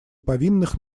повинных